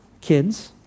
Kids